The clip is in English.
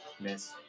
Miss